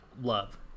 love